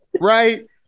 Right